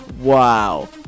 wow